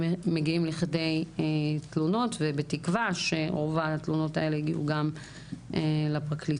שמגיעים לכדי תלונות ובתקווה שרוב התלונות האלה הגיעו גם לפרקליטות.